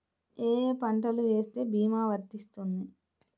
ఏ ఏ పంటలు వేస్తే భీమా వర్తిస్తుంది?